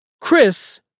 Chris